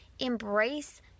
embrace